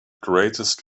greatest